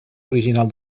original